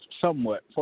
somewhat